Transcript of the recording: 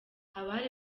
abari